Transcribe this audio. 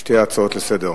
שתי הצעות לסדר-היום.